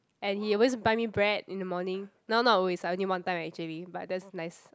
and he always buy me bread in the morning now not always ah only one time actually but that's nice